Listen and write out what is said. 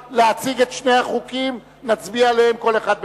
להציג את שני החוקים, נצביע עליהם כל אחד בנפרד.